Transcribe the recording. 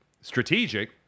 strategic